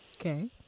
Okay